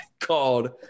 called